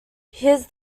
his